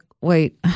Wait